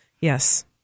Yes